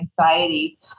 anxiety